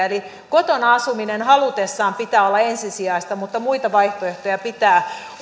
eli kotona asumisen haluttaessa pitää olla ensisijaista mutta muita vaihtoehtoja pitää